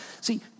See